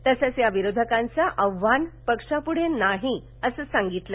तसंच या विरोधकांचं आव्हान पक्षापुढे नसल्याचं सांगितलं